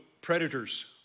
predators